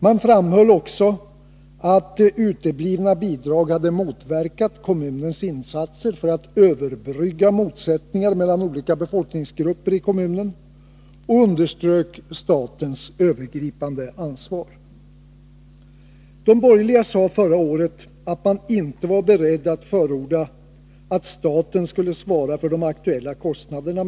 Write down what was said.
Man framhöll också att uteblivna bidrag hade motverkat kommunens insatser för att överbrygga motsättningar mellan olika befolkningsgrupper i kommunen, och man underströk statens övergripande ansvar. De borgerliga sade förra året att man inte var beredd att förorda att staten skulle svara för de aktuella kostnaderna.